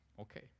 Okay